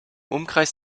umkreis